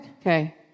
Okay